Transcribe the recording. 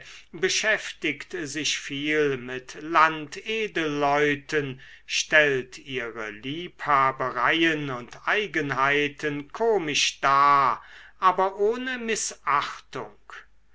beschäftigt sich viel mit landedelleuten stellt ihre liebhabereien und eigenheiten komisch dar aber ohne mißachtung